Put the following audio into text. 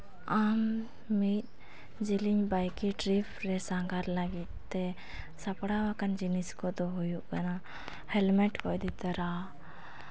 ᱟᱢ ᱢᱤᱫ ᱡᱮᱞᱮᱧ ᱵᱟᱭᱤᱠᱤ ᱴᱨᱤᱯ ᱨᱮ ᱥᱟᱸᱜᱷᱟᱨ ᱞᱟᱹᱜᱤᱫᱼᱛᱮ ᱥᱟᱯᱲᱟᱣ ᱟᱠᱟᱱ ᱡᱤᱱᱤᱥ ᱠᱚᱫᱚ ᱦᱩᱭᱩᱜ ᱠᱟᱱᱟ ᱦᱮᱞᱢᱮᱴ ᱠᱚ ᱤᱫᱤ ᱛᱚᱨᱟ